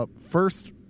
first